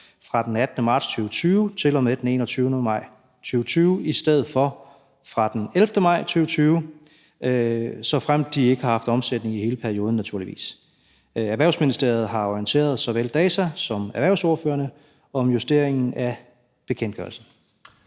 fra den 18. marts 2020 til og med den 21. maj 2020 i stedet for fra den 11. maj 2020, naturligvis såfremt de ikke har haft omsætning i hele perioden. Erhvervsministeriet har orienteret såvel DAZA som erhvervsordførerne om justeringen af bekendtgørelsen.